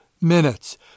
minutes